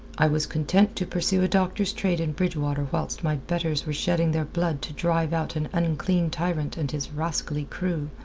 i was content to pursue a doctor's trade in bridgewater whilst my betters were shedding their blood to drive out an unclean tyrant and his rascally crew.